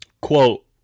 quote